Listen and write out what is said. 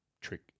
trick